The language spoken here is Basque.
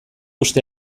uste